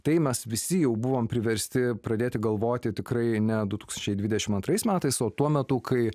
tai mes visi jau buvome priversti pradėti galvoti tikrai ne du tūkstančiai dvidešim antrais metais o tuo metu kai